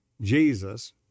Jesus